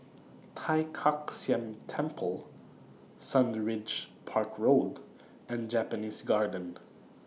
Tai Kak Seah Temple Sundridge Park Road and Japanese Garden